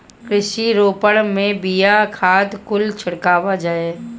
कृषि रोबोट से बिया, खाद कुल छिड़का जाई